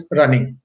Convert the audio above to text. running